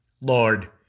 Lord